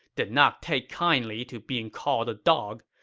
did not take kindly to being called a dog.